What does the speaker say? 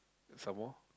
some more